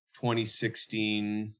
2016